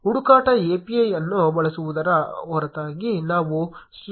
ಹುಡುಕಾಟ API ಅನ್ನು ಬಳಸುವುದರ ಹೊರತಾಗಿ ನಾವು ಸ್ಟ್ರೀಮಿಂಗ್ API ಅನ್ನು ಸಹ ಬಳಸುತ್ತೇವೆ